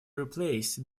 replace